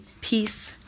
peace